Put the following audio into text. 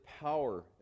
power